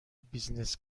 بیزینس